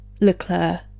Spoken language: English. Leclerc